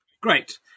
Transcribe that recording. great